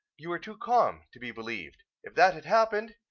you were too calm, to be believed if that had happened,